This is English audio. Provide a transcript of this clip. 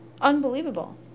Unbelievable